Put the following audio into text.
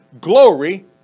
glory